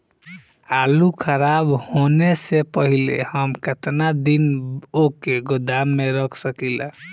आलूखराब होने से पहले हम केतना दिन वोके गोदाम में रख सकिला?